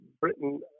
Britain